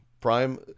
Prime